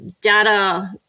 data